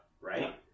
Right